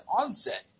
onset